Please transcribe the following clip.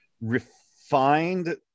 refined